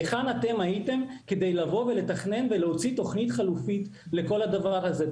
היכן אתם הייתם כדי לבוא ולתכנן ולהוציא תוכנית חלופית לכל הדבר הזה?